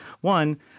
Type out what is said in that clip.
One